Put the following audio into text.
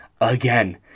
again